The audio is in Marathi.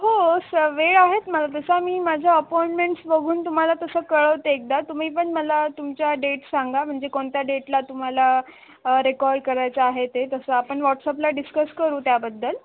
हो स वेळ आहेत मला तसा मी माझ्या अपॉइंटमेंट्स बघून तुम्हाला तसं कळवते एकदा तुम्ही पण मला तुमच्या डेट सांगा म्हणजे कोणत्या डेटला तुम्हाला रेकॉर्ल करायचं आहे ते तसं आपण व्हॉट्सअपला डिस्कस करू त्याबद्दल